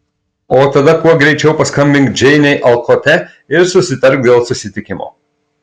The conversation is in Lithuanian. o tada kuo greičiau paskambink džeinei alkote ir susitark dėl susitikimo